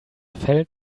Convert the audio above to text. felt